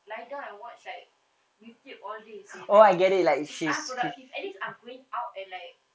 lie down and watch like youtube all day seh like it's unproductive at least I'm going out and like